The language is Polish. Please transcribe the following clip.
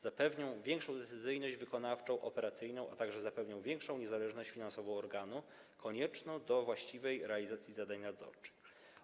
Zapewnią większą decyzyjność wykonawczą, operacyjną, a także większą niezależność finansową organu konieczną do właściwej realizacji zadań nadzorczych.